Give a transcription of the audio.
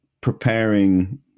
preparing